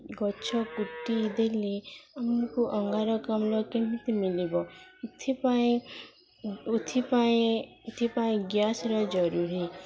ଗଛ କୁଟିଦେଲି ଆମକୁ ଅଙ୍ଗାରକାମ୍ଳ କେମିତି ମିଳିବ ଏଥିପାଇଁ ଉଥିପାଇଁ ଏଥିପାଇଁ ଗ୍ୟାସର ଜରୁରୀ